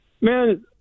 Man